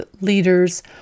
leaders